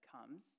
comes